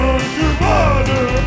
Underwater